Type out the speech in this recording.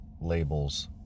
labels